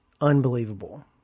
Unbelievable